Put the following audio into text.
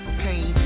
pain